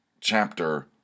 chapter